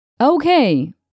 Okay